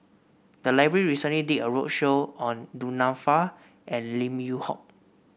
the library recently did a roadshow on Du Nanfa and Lim Yew Hock